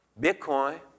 Bitcoin